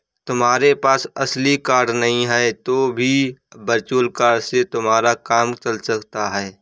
तुम्हारे पास असली कार्ड नहीं है तो भी वर्चुअल कार्ड से तुम्हारा काम चल सकता है